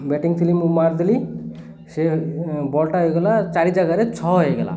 batting ଥିଲି ମୁଁ ମାରିଦେଲି ସେ ବଲ୍ଟା ହେଇଗଲା ଚାରି ଜାଗାରେ ଛଅ ହେଇଗଲା